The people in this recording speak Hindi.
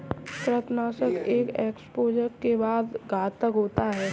कृंतकनाशक एक एक्सपोजर के बाद घातक होते हैं